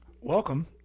Welcome